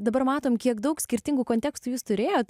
dabar matom kiek daug skirtingų kontekstų jūs turėjot